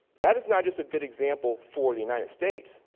that is not just a good example for the united states,